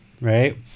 right